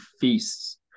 feasts